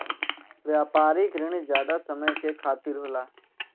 व्यापारिक रिण जादा समय के खातिर होला